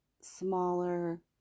smaller